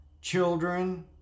children